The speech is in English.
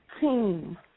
team